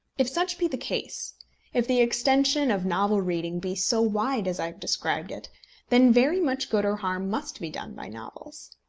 if such be the case if the extension of novel-reading be so wide as i have described it then very much good or harm must be done by novels.